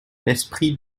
l’esprit